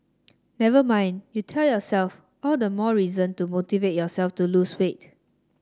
never mind you tell yourself all the more reason to motivate yourself to lose weight